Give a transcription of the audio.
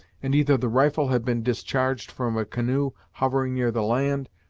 and either the rifle had been discharged from a canoe hovering near the land,